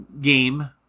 game